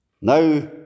Now